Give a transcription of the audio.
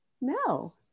No